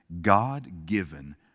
God-given